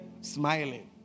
smiling